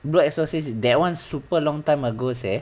blue exorcist that one super long time ago seh